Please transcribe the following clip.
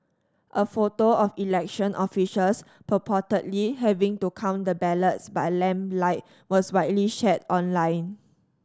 a photo of election officials purportedly having to count the ballots by lamplight was widely shared online